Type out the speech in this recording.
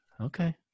Okay